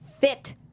fit